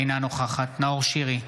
אינה נוכחת נאור שירי,